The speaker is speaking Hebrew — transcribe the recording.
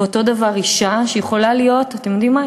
ואותו דבר אישה, שיכולה להיות, אתם יודעים מה?